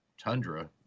tundra